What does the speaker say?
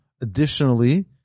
Additionally